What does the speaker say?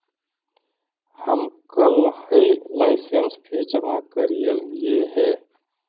हम कलहही license fees जमा करयलियइ हे